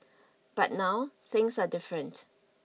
but now things are different